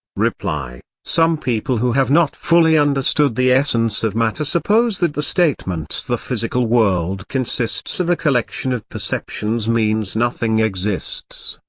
reply some people who have not fully understood the essence of matter suppose that the statement the physical world consists of a collection of perceptions means nothing exists.